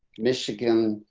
michigan,